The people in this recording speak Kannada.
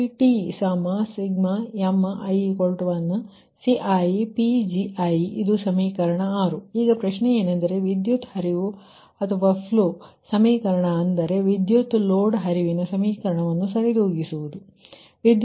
CTi1mCi ಇದು ಸಮೀಕರಣ 6 ಈಗ ಪ್ರಶ್ನೆ ಏನೆಂದರೆ ವಿದ್ಯುತ್ ಹರಿವುಫ್ಲೋ ಸಮೀಕರಣ ಅಂದರೆ ವಿದ್ಯುತ್ ಲೋಡ್ ಹರಿವಿನ ಸಮೀಕರಣವನ್ನು ಸರಿತೂಗಿಸುವುದು ವಿಷಯ